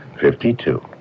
fifty-two